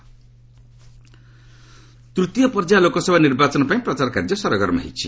campaigning ତୂତୀୟ ପର୍ଯ୍ୟାୟ ଲୋକସଭା ନିର୍ବାଚନ ପାଇଁ ପ୍ରଚାର କାର୍ଯ୍ୟ ସରଗରମ ହୋଇଛି